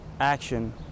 action